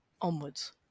onwards